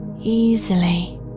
easily